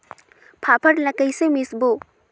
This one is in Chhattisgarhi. फाफण ला कइसे मिसबो?